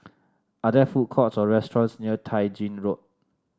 are there food courts or restaurants near Tai Gin Road